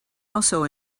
also